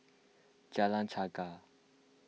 Jalan Chegar